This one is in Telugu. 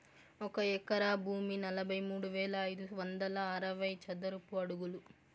ఒక ఎకరా భూమి నలభై మూడు వేల ఐదు వందల అరవై చదరపు అడుగులు